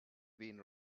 been